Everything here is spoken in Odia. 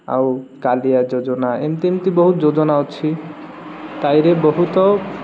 ଆଉ କାଳିଆ ଯୋଜନା ଏମିତି ଏମିତି ବହୁତ ଯୋଜନା ଅଛି ତାହିଁରେ ବହୁତ